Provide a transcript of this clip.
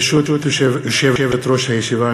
ברשות יושבת-ראש הישיבה,